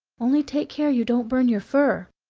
only take care you don't burn your fur.